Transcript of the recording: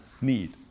need